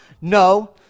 no